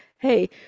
hey